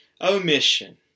Omission